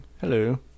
hello